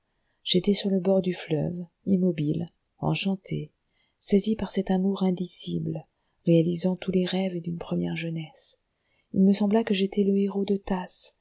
j'étais sur le bord du fleuve immobile enchanté saisi par un amour indicible réalisant tous les rêves d'une première jeunesse il me sembla que j'étais le héros du tasse